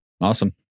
awesome